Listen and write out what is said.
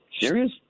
Serious